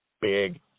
big